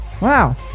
Wow